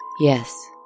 yes